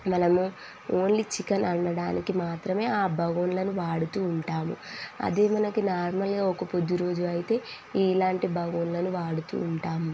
మనము only chicken వండడానికి మాత్రమే ఆ బౌళ్ళని వాడుతూ ఉంటాము అదే మనకి నార్మల్గా ఒక్క పొద్దురోజు అయితే ఈ ఇలాంటి బౌళ్ళని వాడుతూ ఉంటాము